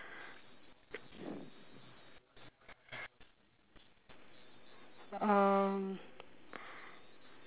um